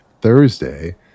Thursday